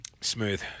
Smooth